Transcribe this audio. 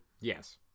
Yes